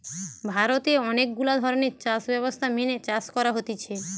ভারতে অনেক গুলা ধরণের চাষ ব্যবস্থা মেনে চাষ করা হতিছে